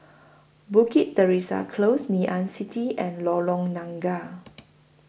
Bukit Teresa Close Ngee Ann City and Lorong Nangka